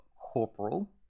corporal